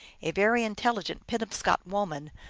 a very intelligent penobscot woman,